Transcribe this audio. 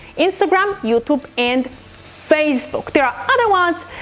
instagram, youtube, and facebook. there are other ones,